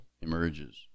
emerges